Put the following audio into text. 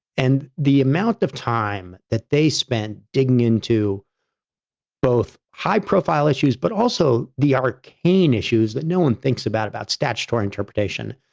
and the amount of time that they spent digging into both high-profile issues, but also the arcane issues that no one thinks about, about statutory interpretation.